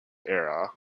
era